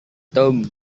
tom